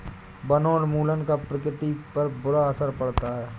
वनोन्मूलन का प्रकृति पर बुरा असर पड़ता है